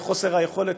וחוסר היכולת,